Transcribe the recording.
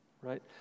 right